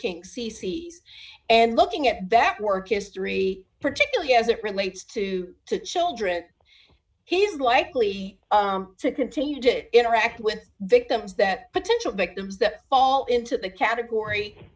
king c c s and looking at that work history particularly as it relates to the children he is likely to continue to interact with victims that potential victims that fall into the category